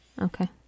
Okay